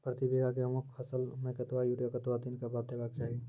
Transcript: प्रति बीघा गेहूँमक फसल मे कतबा यूरिया कतवा दिनऽक बाद देवाक चाही?